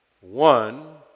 one